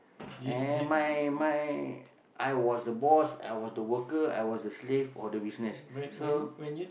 and my my I was the boss I was the worker I was the slave for the business so